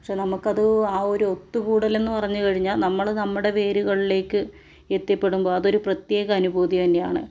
പക്ഷേ നമുക്കത് ആ ഒരു ഒത്തുകൂടലെന്ന് പറഞ്ഞു കഴിഞ്ഞാൽ നമ്മൾ നമ്മുടെ വേരുകളിലേയ്ക്ക് എത്തിപ്പെടുമ്പോൾ അതൊരു പ്രത്യേക അനുഭൂതി തന്നെയാണ്